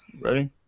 Ready